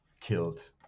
killed